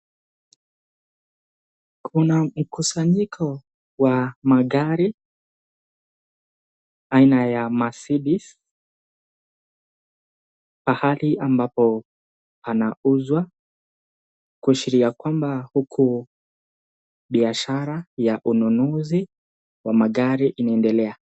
Kuna mkusanyiko wa magari aina ya Mercedes pahali ambapo anauzwa kuashiria kwamba huku biashara ya ununuzi wa magari inaendelea.